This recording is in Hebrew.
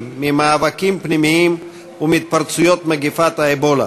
ממאבקים פנימיים ומהתפרצויות מגפת האבולה.